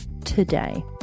today